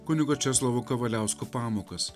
kunigo česlovo kavaliausko pamokas